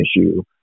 issue